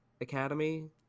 academy